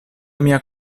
mia